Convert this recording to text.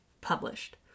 published